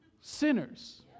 sinners